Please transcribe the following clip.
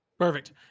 Perfect